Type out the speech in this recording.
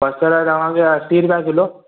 बसरु तव्हांखे असी रुपिया किलो